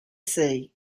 sea